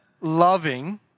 loving